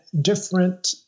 different